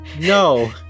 No